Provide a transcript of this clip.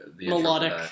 melodic